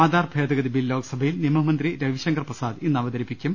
ആധാർ ഭേദഗതി ബിൽ ലോക്സഭയിൽ നിയമമന്ത്രി രവിശങ്കർ പ്രസാദ് ഇന്ന് അവ തരിപ്പിക്കും